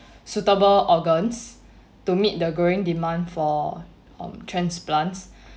suitable organs to meet the growing demand for um transplants